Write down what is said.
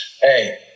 Hey